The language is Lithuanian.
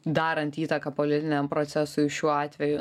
daranti įtaką politiniam procesui šiuo atveju